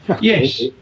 yes